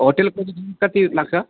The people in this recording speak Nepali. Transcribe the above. होटल पुग्नु कति लाग्छ